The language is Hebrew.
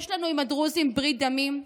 יש לנו עם הדרוזים ברית דמים,